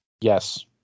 Yes